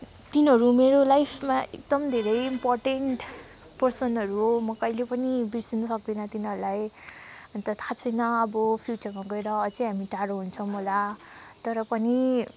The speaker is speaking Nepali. तिनीहरू मेरो लाइफमा एकदम धेरै इम्पोर्टेन्ट पर्सनहरू हो म कहिले पनि बिर्सिन सक्दिनँ तिनीहरूलाई अन्त थाहा छैन अब फ्युचरमा गएर अझै हामी टाढो हुन्छौँ होला तर पनि